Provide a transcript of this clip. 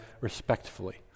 respectfully